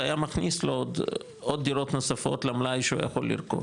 זה היה מכניס לו עוד דירות נוספות למלאי שהוא יכול לרכוש.